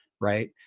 right